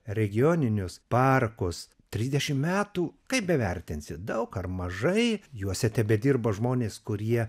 regioninius parkus trisdešim metų kaip bevertinsi daug ar mažai juose tebedirba žmonės kurie